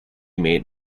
made